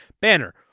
Banner